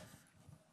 אייכלר.